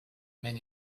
men